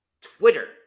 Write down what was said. twitter